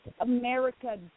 America